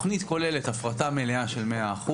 תוכנית כוללת, הפרטה מלאה של 100%,